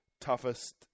toughest